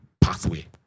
pathway